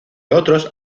otros